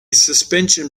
suspension